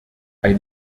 ein